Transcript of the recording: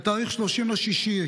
בתאריך 30 ביוני,